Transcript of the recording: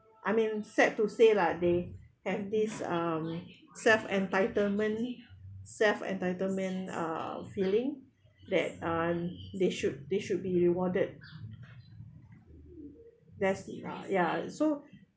I mean sad to say lah they have this um self entitlement self entitlement uh feeling that um they should they should be rewarded that's it lah ya so